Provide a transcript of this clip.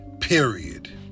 Period